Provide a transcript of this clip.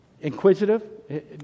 inquisitive